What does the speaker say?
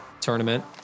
tournament